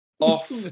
off